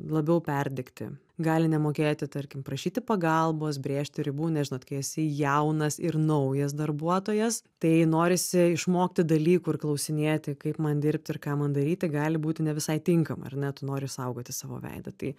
labiau perdegti gali nemokėti tarkim prašyti pagalbos brėžti ribų nes žinot kai esi jaunas ir naujas darbuotojas tai norisi išmokti dalykų ir klausinėti kaip man dirbti ir ką man daryti gali būti ne visai tinkama ar ne tu nori išsaugoti savo veidą tai